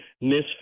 misfit